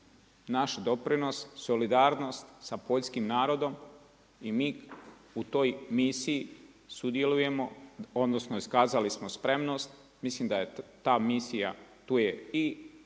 naš doprinos, solidarnost sa poljskim narodom i mi u toj misiji sudjelujemo, odnosno iskazali smo spremnost, mislim da je ta misija tu je i